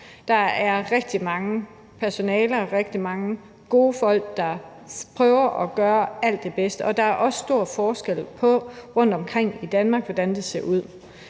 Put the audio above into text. Der er rigtig meget personale og rigtig mange gode folk, der prøver at gøre alt det bedste. Der er også stor forskel på, hvordan det ser ud